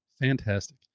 fantastic